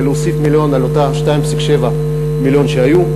להוסיף מיליון על אותם 2.7 מיליון שהיו.